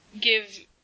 give